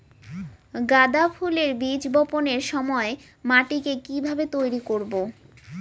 গাদা ফুলের বীজ বপনের সময় মাটিকে কিভাবে তৈরি করব?